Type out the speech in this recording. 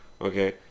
Okay